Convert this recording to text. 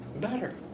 better